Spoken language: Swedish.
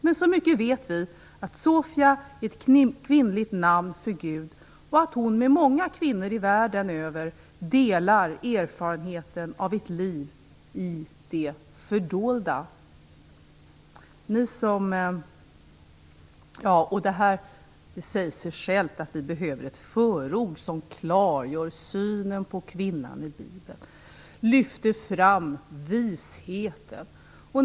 Men så mycket vet vi att Sofia är ett kvinnligt namn för Gud och att hon med många kvinnor världen över delar erfarenheten av ett liv i det fördolda. Det säger sig självt att vi behöver ett förord som klargör synen på kvinnan i bibeln och lyfter fram visheten.